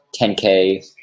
10K